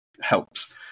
helps